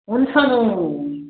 हुन्छ नु